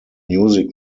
music